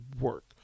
work